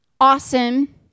awesome